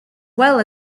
well